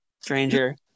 stranger